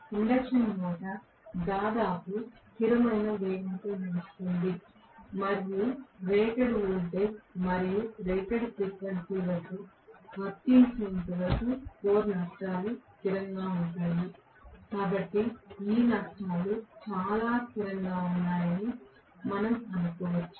induction motor దాదాపు స్థిరమైన వేగంతో నడుస్తుంది మరియు రేటెడ్ వోల్టేజ్ మరియు రేటెడ్ ఫ్రీక్వెన్సీ వద్ద వర్తించేంతవరకు కోర్ నష్టాలు స్థిరంగా ఉంటాయి కాబట్టి ఈ నష్టాలు చాలా స్థిరంగా ఉన్నాయని మనం అనుకోవచ్చు